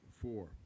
Four